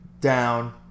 Down